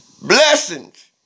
Blessings